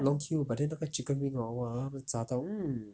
long queue but then 那个 chicken wing hor 那个炸到 mm